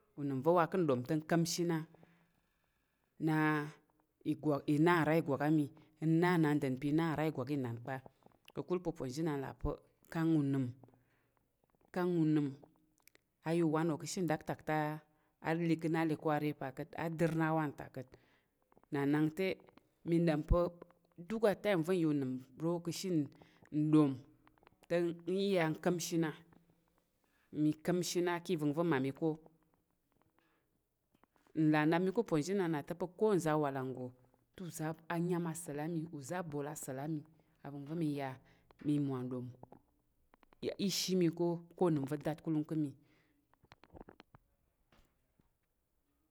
Unəm va̱ wa ka̱ nɗom te nka̱mshi na na igwak i nra igwak ami nna̱ndər na pa̱ i na nra igwak inan pa̱ ka̱kul pa̱ uponzhinan là pa̱ kang unəm kang unəm aya uwan wo kashi ndak tak te ale kang a re kware pa kat a dir na wan ta ka̱t na nak te mi da̱n pa duk a təm va̱ unəm ro ka̱mshi nɗom te n i ya nkamshi na mi kamshi na ka̱ avəngva̱ ma mi ko nlà nnap mi ka̱ pa̱ zhi na to pa̱ konze awalang to uza̱ anyan asa̱l a mi uza̱ bol asa̱l ami avəngva̱ mi ya mi mwa nɗom ya ishi mi ko ko nəm va̱ datkulung ka mi.